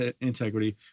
integrity